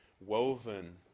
woven